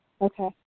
Okay